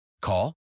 Call